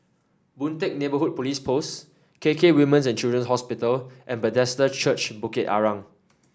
Boon Teck Neighbourhood Police Post K K Women's and Children's Hospital and Bethesda Church Bukit Arang